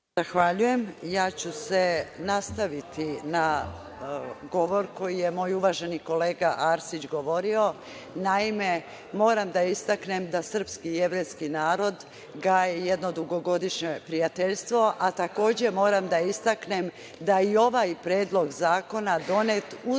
Zahvaljujem. Ja ću se nastaviti na govor koji je moj uvaženi kolega Arsić govorio. Moram da istaknem da srpski i jevrejski narod gaje jedno dugogodišnje prijateljstvo, a takođe moram da istaknem da je i ovaj Predlog zakona donet uz